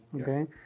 okay